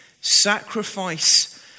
Sacrifice